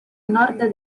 nord